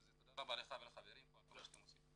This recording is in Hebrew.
אז תודה רבה לך ולחברים פה על כל מה שאתם עושים.